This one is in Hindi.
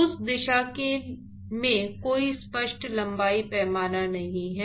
उस दिशा में कोई स्पष्ट लंबाई पैमाना नहीं है